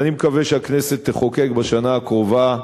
אז אני מקווה שהכנסת תחוקק בשנה הקרובה,